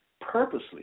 purposely